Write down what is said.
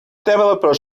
developers